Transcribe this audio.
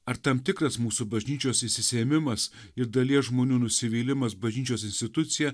ar tam tikras mūsų bažnyčios išsisėmimas ir dalies žmonių nusivylimas bažnyčios institucija